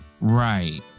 right